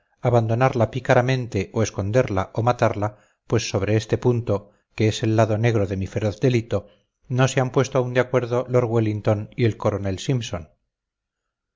de fiesta abandonarla pícaramente o esconderla o matarla pues sobre este punto que es el lado negro de mi feroz delito no se han puesto aún de acuerdo lord wellington y el coronel simpson